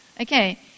okay